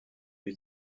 lui